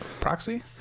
Proxy